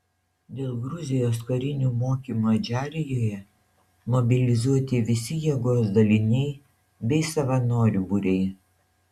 dėl gruzijos karinių mokymų adžarijoje mobilizuoti visi jėgos daliniai bei savanorių būriai